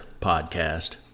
podcast